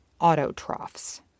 autotrophs